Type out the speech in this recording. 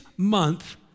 month